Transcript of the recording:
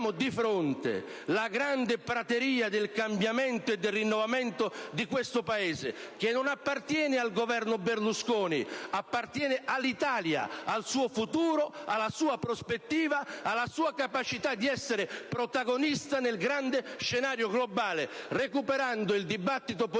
Abbiamo di fronte la grande prateria del cambiamento e del rinnovamento di questo Paese, che non appartiene al Governo Berlusconi ma all'Italia, al suo futuro, alla sua prospettiva e capacità di essere protagonista nel grande scenario globale, recuperando il dibattito